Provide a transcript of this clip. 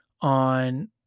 on